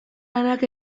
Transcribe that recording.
lanak